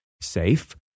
safe